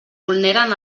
vulneren